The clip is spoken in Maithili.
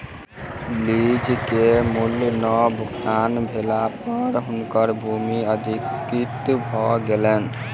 लीज के मूल्य नै भुगतान भेला पर हुनकर भूमि अधिकृत भ गेलैन